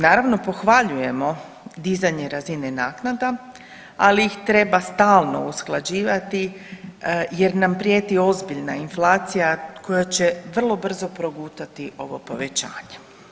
Naravno, pohvaljujemo dizanje razina naknada, ali ih treba stalno usklađivati jer nam prijeti ozbiljna inflacija koja će vrlo brzo progutati ovo povećanje.